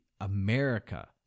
America